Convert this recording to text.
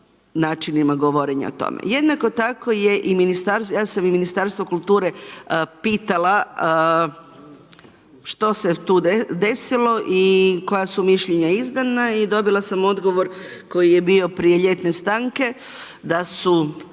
načinima govorenja o tome. Ja sam Ministarstvo kulture pitala što se tu desilo i koja su mišljenja izdana i dobila sam odgovor koji je bio prije ljetne stanke da su